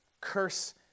curse